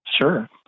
sure